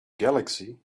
galaxy